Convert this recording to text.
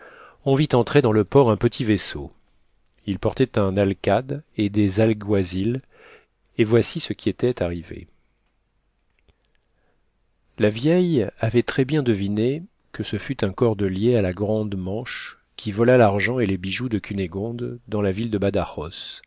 on vit entrer dans le port un petit vaisseau il portait un alcade et des alguazils et voici ce qui était arrivé la vieille avait très bien deviné que ce fut un cordelier à la grande manche qui vola l'argent et les bijoux de cunégonde dans la ville de badajos